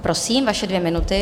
Prosím, vaše dvě minuty.